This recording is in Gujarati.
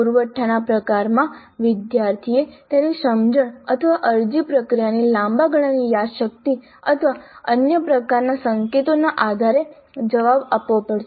પુરવઠાના પ્રકારમાં વિદ્યાર્થીએ તેની સમજણ અથવા અરજી પ્રક્રિયાની લાંબા ગાળાની યાદશક્તિ અથવા અન્ય પ્રકારના સંકેતોના આધારે જવાબ આપવો પડશે